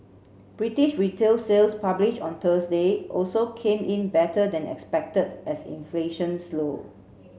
British retail sales published on Thursday also came in better than expected as inflation slowed